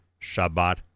Shabbat